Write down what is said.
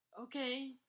okay